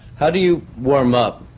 how do you warm up,